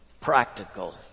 practical